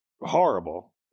horrible